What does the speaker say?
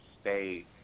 stay